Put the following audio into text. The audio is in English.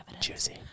juicy